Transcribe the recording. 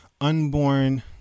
unborn